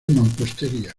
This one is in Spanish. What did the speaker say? mampostería